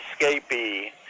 escapee